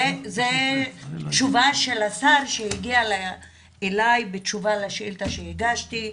זו תשובה של השר שהגיעה אלי בתשובה לשאילתא שהגשתי,